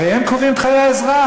הרי הם קובעים את חיי האזרח.